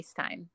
FaceTime